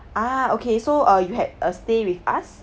ah okay so err you had a stay with us